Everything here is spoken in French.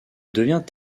devient